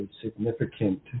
significant